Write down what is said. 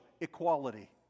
equality